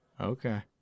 okay